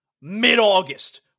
mid-August